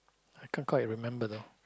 I can't quite remember though